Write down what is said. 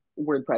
wordpress